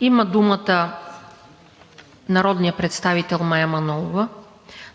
Има думата народният представител Мая Манолова